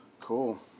cool